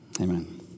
Amen